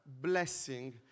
blessing